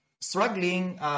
struggling